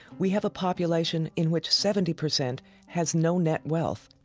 we have a population in which seventy percent has no net wealth.